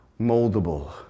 moldable